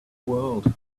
world